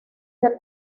del